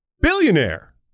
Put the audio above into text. billionaire